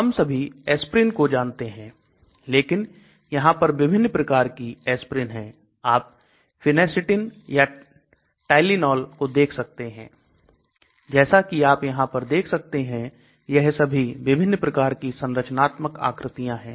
हम सभी Asprin को जानते हैं लेकिन यहां पर विभिन्न प्रकार की Asprin है आप Phenacetin और Tylenol को देख सकते हैं जैसा कि आप यहां पर देख सकते हैं यह सभी विभिन्न प्रकार की संरचनात्मक आकृतियां है